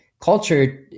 culture